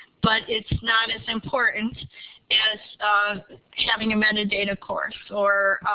but it's not as important as having a metadata course. or